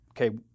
okay